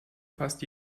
fast